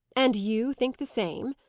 and you think the same!